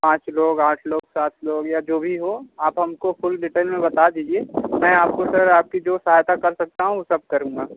पाँच लोग आठ लोग सात लोग या जो भी हो आप हम को फुल डिटेल में बता दीजिए मैं आपको सर आपकी जो सहायता कर सकता हूँ वो सब करूँगा